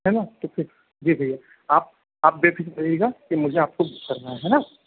है ना तो फिर जी भैया आप आप बेफिक्र रहेगा कि मुझे आपको बुक करना है है ना